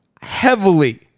heavily